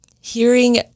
hearing